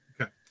okay